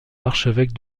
l’archevêque